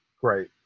great